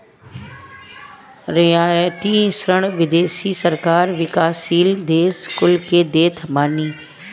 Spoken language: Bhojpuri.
रियायती ऋण विदेशी सरकार विकासशील देस कुल के देत बानी